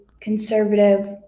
conservative